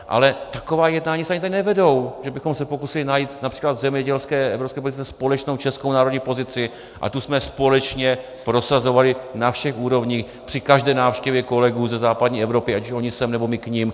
Ale taková jednání se nikde nevedou, že bychom se pokusili najít například v zemědělské evropské politice společnou českou národní pozici a tu jsme společně prosazovali na všech úrovních, při každé návštěvě kolegů ze západní Evropy, ať už oni sem, nebo my k nim.